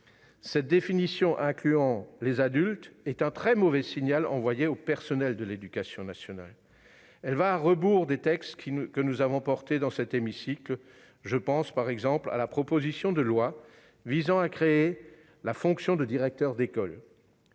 Cette définition, incluant les adultes, est un très mauvais signal envoyé aux personnels de l'éducation nationale. Elle va à rebours des textes que nous avons défendus dans cet hémicycle- je pense par exemple à la proposition de loi créant la fonction de directeur d'école.